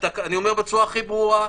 אני אומר בצורה הכי ברורה: